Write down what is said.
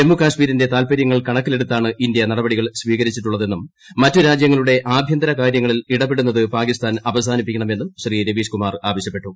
ജമ്മുകശ്മീരിന്റെ താൽപ്പര്യങ്ങൾ കണക്കിലെടുത്താണ് ഇന്ത്യ നടപടികൾ സ്വീകരിച്ചിട്ടുള്ളതെന്നും മറ്റു രാജ്യങ്ങളുട്ടെ ആഭ്യന്തര കാര്യങ്ങളിൽ ഇടപെടുന്നത് പാകിസ്ഥാൻ അവസാനിപ്പിക്കുണമെന്നും ശ്രീ രവീഷ് കുമാർ ആവശ്യപ്പെട്ടു